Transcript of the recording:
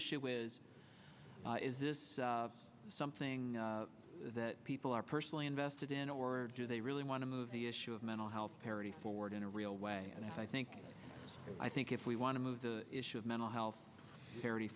issue is is this something that people are personally invested in or do they really want to move the issue of mental health parity forward in a real way and i think i think if we want to move the issue of mental health